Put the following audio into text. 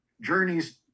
journeys